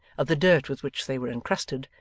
of the dirt with which they were encrusted,